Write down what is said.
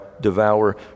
Devour